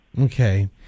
Okay